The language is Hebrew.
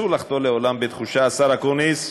השר אקוניס,